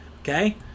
okay